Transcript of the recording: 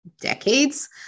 decades